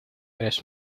eres